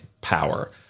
power